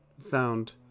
sound